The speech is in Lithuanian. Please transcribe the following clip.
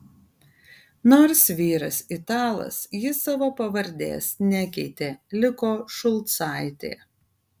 nors vyras italas ji savo pavardės nekeitė liko šulcaitė